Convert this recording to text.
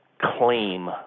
claim